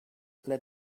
let